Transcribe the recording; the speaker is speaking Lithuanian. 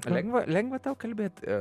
lengva lengva tau kalbėt a